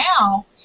now